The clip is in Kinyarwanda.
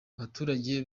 abaturage